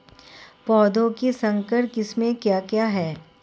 पौधों की संकर किस्में क्या क्या हैं?